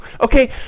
Okay